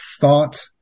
thought